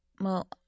Well